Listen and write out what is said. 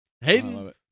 Hayden